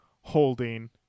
holding